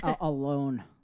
alone